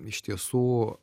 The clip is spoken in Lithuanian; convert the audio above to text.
iš tiesų